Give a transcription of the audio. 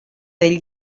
del